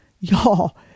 y'all